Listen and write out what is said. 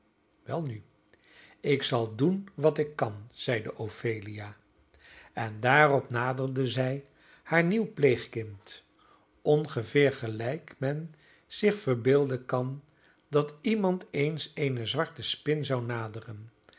welnu ik zal doen wat ik kan zeide ophelia en daarop naderde zij haar nieuw pleegkind ongeveer gelijk men zich verbeelden kan dat iemand eens eene zwarte spin zou naderen